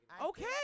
Okay